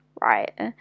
right